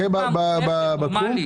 אפס עד שלוש מפוזרים בכל רחבי הארץ.